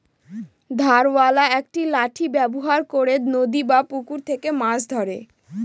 ধারওয়ালা একটি লাঠি ব্যবহার করে নদী বা পুকুরে থেকে মাছ ধরে